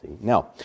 Now